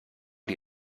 die